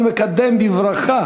אני מקדם בברכה